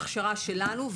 בהכשרה שלנו,